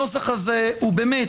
הנוסח הזה הוא באמת,